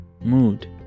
mood